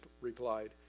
replied